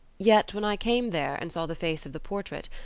yet, when i came there and saw the face of the portrait,